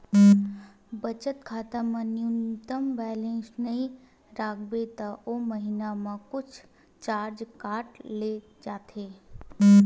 बचत खाता म न्यूनतम बेलेंस नइ राखबे त ओ महिना म कुछ चारज काट ले जाथे